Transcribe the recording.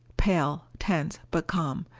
pale, tense, but calm.